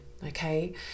Okay